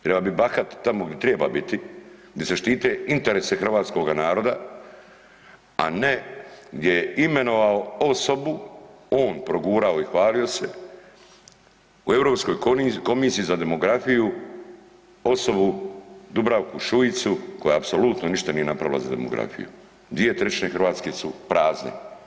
Treba bit bahat tamo gdje treba biti, gdje se štite interesi hrvatskoga naroda, a ne gdje je imenovao osobu, on progurao i hvalio se u EK za demografiju osobu Dubravku Šuicu koja apsolutno ništa nije napravila za demografiju, 2/3 Hrvatske su prazne.